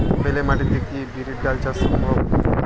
বেলে মাটিতে কি বিরির ডাল চাষ সম্ভব?